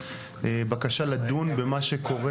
בקשה לדון במה שקורה.